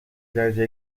درجه